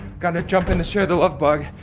gotta jump in the share the lovebug.